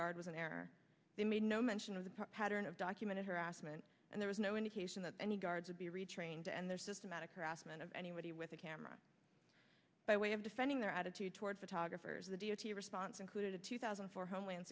guard was in error they made no mention of the pattern of documented harassment and there was no indication that any guards would be retrained and their systematic harassment of anybody with a camera by way of defending their attitude toward photographers the d o t response included a two thousand and four homeland